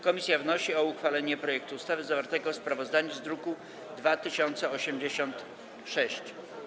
Komisja wnosi o uchwalenie projektu ustawy zawartego w sprawozdaniu w druku nr 2086.